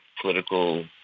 political